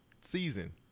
season